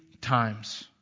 times